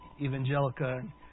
Evangelica